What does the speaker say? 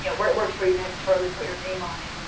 yeah where it works where you mandatorily put your name on it,